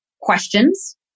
questions